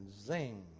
zing